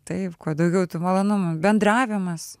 taip kuo daugiau malonumų bendravimas